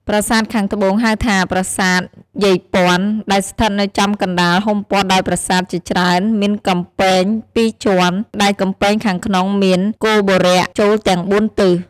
ប្រាសាទខាងត្បូង ហៅថា ប្រាសាទយាយព័ន្ធ ដែលស្ថិតនៅចំកណ្តាលហ៊ុំព័ទ្ធដោយប្រាសាទ ជាច្រើន មានកំពែងពីរជាន់ ដែលកំពែងខាងក្នុងមាន គោបុរៈ ចូលទាំងបួនទិស។